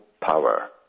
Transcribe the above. power